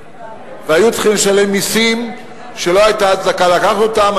והיו צריכים לשלם מסים שלא היתה הצדקה לקחת אותם.